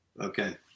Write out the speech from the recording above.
Okay